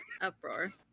uproar